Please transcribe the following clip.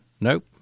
Nope